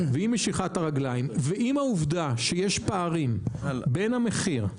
ועם משיכת הרגליים ועם העובדה שיש פערים בין המחיר,